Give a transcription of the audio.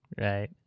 Right